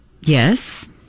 Yes